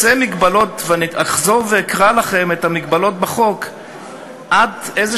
אני אחזור ואקרא לכם את המגבלות בחוק עד איזה